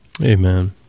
Amen